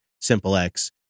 SimpleX